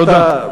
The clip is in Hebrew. תודה.